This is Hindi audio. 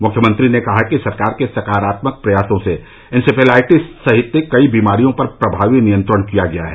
मुख्यमंत्री ने कहा कि सरकार के सकारात्मक प्रयासों से इंसेफेलाइटिस सहित कई बीमारियों पर प्रभावी नियंत्रण किया गया है